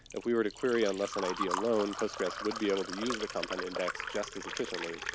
if we were to query on lesson id alone, postgress would be able to use the compound index just as efficiently,